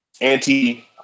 anti